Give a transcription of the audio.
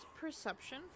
perception